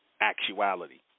actuality